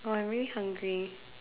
oh I'm really hungry